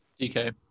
DK